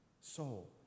soul